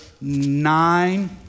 nine